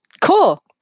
Cool